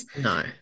No